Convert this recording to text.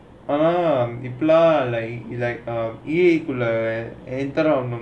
ஆமா இப்பெல்லாம்:aama ippelaam it's like um enter ah ஆவணும்னா:aavanumnaa